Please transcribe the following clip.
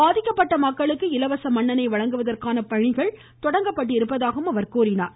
பாதிக்கப்பட்ட மக்களுக்கு இலவச மண்ணெண்ணெய் வழங்குவதற்கான பணிகள் தொடங்கப்பட்டிருப்பதாகவும் அவர் கூறினார்